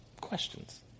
questions